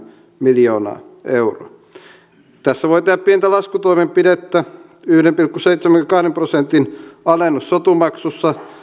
miljoonaa euroa tässä voi tehdä pientä laskutoimenpidettä yhden pilkku seitsemänkymmenenkahden prosentin alennus sotu maksussa